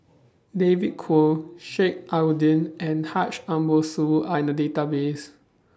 David Kwo Sheik Alau'ddin and Haji Ambo Sooloh Are in The Database